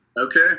Okay